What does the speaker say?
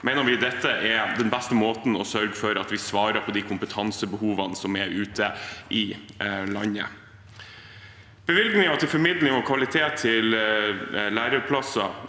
dette er den beste måten å sørge for at vi svarer på de kompetansebehovene som er ute i landet. Bevilgningene til formidling og kvalifisering til læreplasser